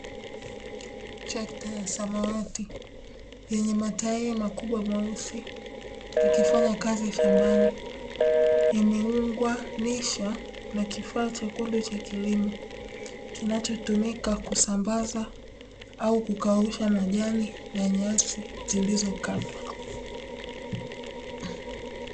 Trekta ya samawati yenye matairi makubwa mehusi likifanya kazi shambani, imeunganishwa na kifaa chekundu cha kilimo, kinachotumika kusambaza au kukausha majani na nyasi zilizokatwa.